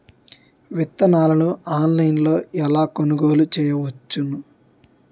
విత్తనాలను ఆన్లైన్లో ఎలా కొనుగోలు చేయవచ్చున?